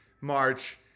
march